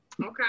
Okay